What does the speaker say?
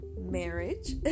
marriage